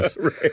right